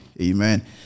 Amen